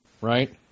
right